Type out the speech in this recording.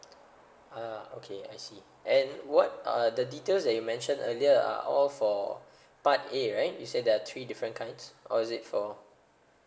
ah okay I see and what are the details that you mention earlier are all for part A right you say there are three different kinds or is it for